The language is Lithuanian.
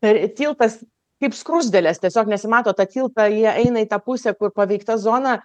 per tiltas kaip skruzdėlės tiesiog nesimato tą tiltą jie eina į tą pusę kur paveikta zona